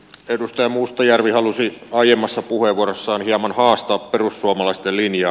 edustaja mustajärvi halusi aiemmassa puheenvuorossaan hieman haastaa perussuomalaisten linjaa